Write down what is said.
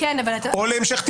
או להמשך טיפול,